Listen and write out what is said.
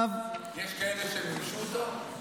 יש כאלה שמימשו אותו?